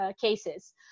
cases